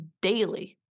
daily